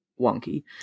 wonky